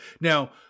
Now